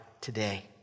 today